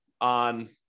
on